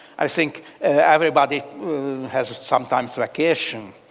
i think everybody has sometimes vacation,